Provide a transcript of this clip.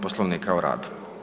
Poslovnika o radu.